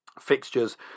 fixtures